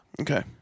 Okay